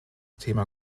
thema